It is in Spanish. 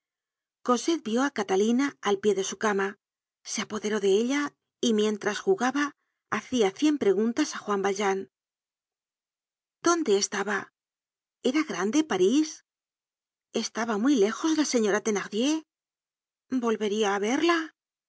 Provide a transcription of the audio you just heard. cosette vió á catalina al pie de su cama se apoderó de ella y mientras jugaba hacia cien preguntas á juan valjean dónde estaba era grande parís estaba muy lejos la señora thenardier volvería á verla